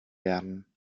werden